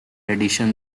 addition